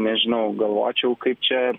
nežinau galvočiau kaip čia